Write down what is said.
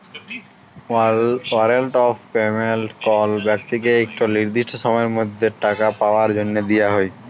warrant of payment কল ব্যক্তিকে ইকট লিরদিসট সময়ের মধ্যে টাকা পাউয়ার জ্যনহে দিয়া হ্যয়